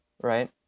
right